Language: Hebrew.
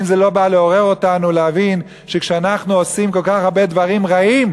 האם זה לא בא לעורר אותנו להבין שכשאנחנו עושים כל כך הרבה דברים רעים